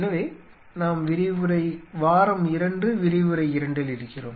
எனவே நாம் வாரம் 2 விரிவுரை 2 இல் இருக்கிறோம்